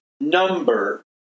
number